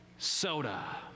Soda